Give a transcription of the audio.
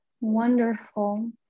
wonderful